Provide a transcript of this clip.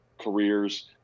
careers